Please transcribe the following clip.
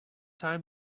time